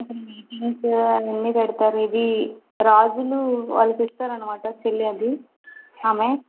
meetings అవి అన్ని పెడతారు ఇవి రాజులు వాళ్ళకి ఇస్తారు అనమాట సిల్ అవి ఆమె